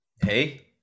hey